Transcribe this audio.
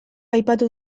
aipatu